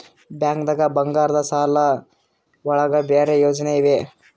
ಬ್ಯಾಂಕ್ದಾಗ ಬಂಗಾರದ್ ಸಾಲದ್ ಒಳಗ್ ಬೇರೆ ಯೋಜನೆ ಇವೆ?